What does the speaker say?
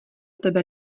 tebe